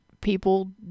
people